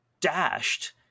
dashed